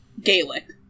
Gaelic